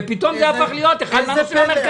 ופתאום זה הפך להיות אחד מהדברים המרכזיים.